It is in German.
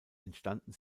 entstanden